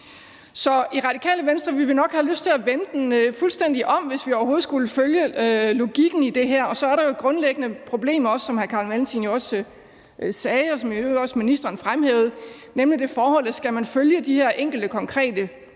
Så i Radikale Venstre ville vi nok have lyst til at vende den fuldstændig om, hvis vi overhovedet skulle følge logikken i det her. Og så er der et grundlæggende problem, som hr. Carl Valentin jo også sagde, og som i øvrigt også blev fremhævet af ministeren, nemlig det forhold, at skal man følge de her enkelte konkrete